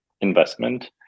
investment